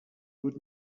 would